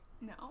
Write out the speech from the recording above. No